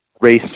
race